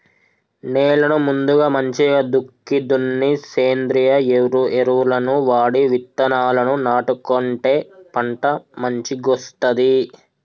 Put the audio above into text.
నేలను ముందుగా మంచిగ దుక్కి దున్ని సేంద్రియ ఎరువులను వాడి విత్తనాలను నాటుకుంటే పంట మంచిగొస్తది